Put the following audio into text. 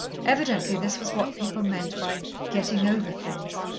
evidently this was what people meant by getting over things.